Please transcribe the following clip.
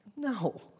No